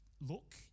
look